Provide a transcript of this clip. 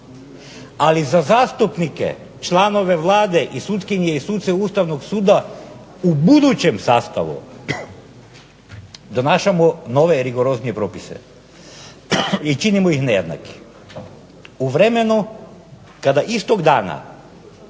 ali za zastupnike, članove Vlade i sutkinje i suce Ustavnog suda u budućem sastavu donosimo nove i rigoroznije propise i činimo ih nejednakim. U vremenu kada istog dana